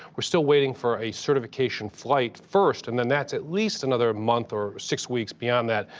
we're still waiting for a certification flight first. and then that's at least another month or six weeks beyond that,